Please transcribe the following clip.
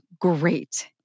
great